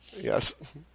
Yes